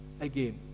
again